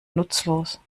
nutzlos